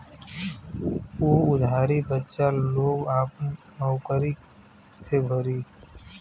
उ उधारी बच्चा लोग आपन नउकरी से भरी